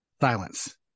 Silence